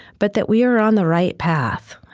but that we are on the right path.